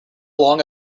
long